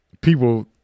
people